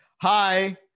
hi